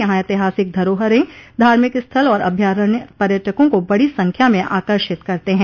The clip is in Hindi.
यहां ऐतिहासिक धरोहरें धार्मिक स्थल और अभ्यारण्य पर्यटकों को बड़ी संख्या में आकर्षित करते हैं